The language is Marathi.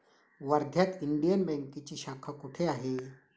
वर्ध्यात इंडियन बँकेची शाखा कुठे आहे?